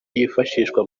yifashishwa